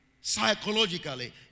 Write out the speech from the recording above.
Psychologically